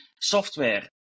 software